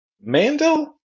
Mandel